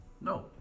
no